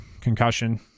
Concussion